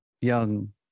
young